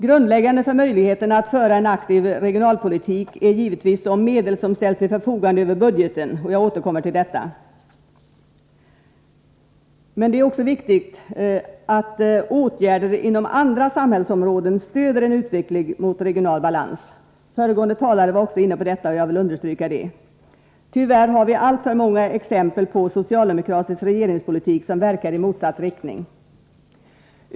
Grundläggande för möjligheterna att föra en aktiv regionalpolitik är givetvis de medel som ställs till förfogande över budgeten. Jag återkommer till detta. Men det är också viktigt att åtgärder inom andra samhällsområden stöder en utveckling mot regional balans — föregående talare var inne på detta, och jag vill understryka det. Tyvärr ser vi alltför många exempel på socialdemokratisk regeringspolitik som verkar i motsatt riktning.